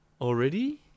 already